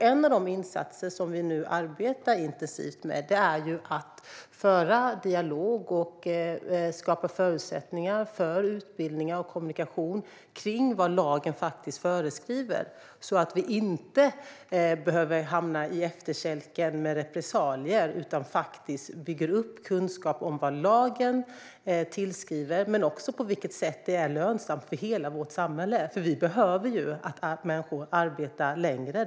En av de insatser som vi nu arbetar intensivt med handlar om att föra dialog och skapa förutsättningar för utbildning och kommunikation kring vad lagen faktiskt föreskriver, så att vi inte behöver hamna på efterkälken med repressalier. Det handlar om att bygga upp kunskap om vad lagen föreskriver men också om på vilket sätt detta är lönsamt för hela vårt samhälle. Vi behöver ju människor som arbetar längre.